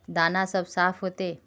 दाना सब साफ होते?